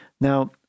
Now